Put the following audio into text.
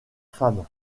femme